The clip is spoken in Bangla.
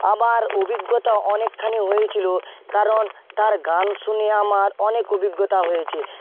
আবার অভিজ্ঞতা অনেকখানি হয়েছিলো কারণ তার গান শুনে আমার অনেক অভিজ্ঞতা হয়েছে